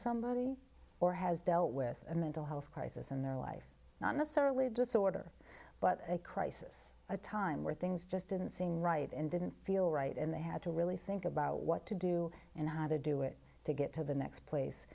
somebody or has dealt with a mental health crisis in their life not necessarily a disorder but a crisis a time where things just didn't seem right and didn't feel right and they had to really think about what to do and how to do it to get to the next place